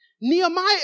Nehemiah